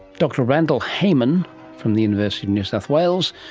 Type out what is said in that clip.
dr randell heyman from the university of new south wales,